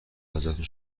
ازتون